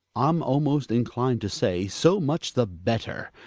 i'm almost inclined to say so much the better!